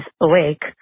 awake